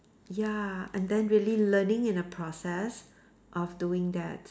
ya and then really learning in a process of doing that